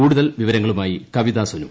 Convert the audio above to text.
കൂടുതൽ വിവരങ്ങളുമായി കവിത സുനു